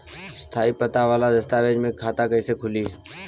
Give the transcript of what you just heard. स्थायी पता वाला दस्तावेज़ से खाता कैसे खुली?